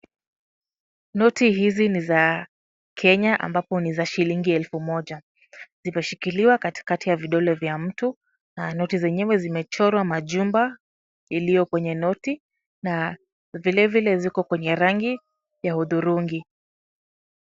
Noti hizi ni za Kenya ambazo ni za shilingi elfu moja. Zimeshikiliwa katikati ya vidole vya mtu. Na noti zenyewe zimechorwa majumba iliyo kwenye noti na vilevile ziko kwenye rangi ya hudhurungi.